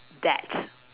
that